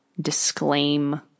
disclaim